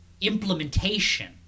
implementation